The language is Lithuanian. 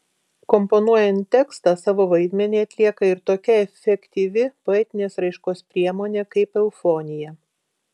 komponuojant tekstą savo vaidmenį atlieka ir tokia efektyvi poetinės raiškos priemonė kaip eufonija